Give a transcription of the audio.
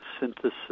synthesis